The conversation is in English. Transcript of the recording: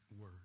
word